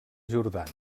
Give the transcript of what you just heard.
jordana